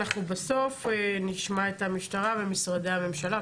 אנחנו בסוף נשמע את המשטרה ואת משרדי הממשלה,